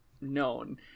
known